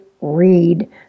read